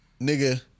nigga